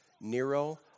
Nero